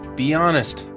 be honest.